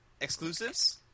exclusives